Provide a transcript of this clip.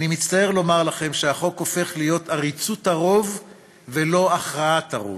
אני מצטער לומר לכם שהחוק הופך להיות עריצות הרוב ולא הכרעת הרוב.